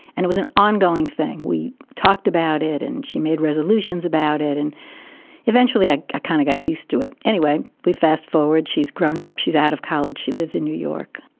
and it was an ongoing thing. we talked about it and she made resolutions about it. and eventually i kind of got used to it. anyway, we fast forward. she's grown up. she's out of college. she lives in new york.